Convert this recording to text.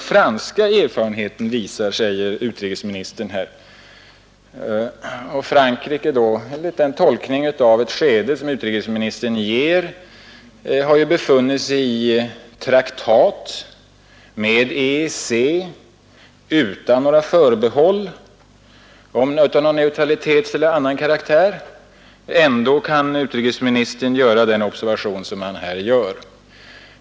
Utrikesministern hänvisar här till den franska erfarenheten. Frankrike har ju enligt den tolkning som utrikesministern gör befunnit sig i traktat med EEC utan några förbehåll av neutralitetskaraktär eller av annat slag. Ändå kan utrikesministern göra den observation som han här gör.